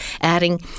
adding